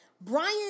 Brian